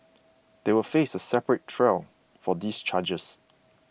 they will face a separate trial for these charges